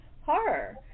horror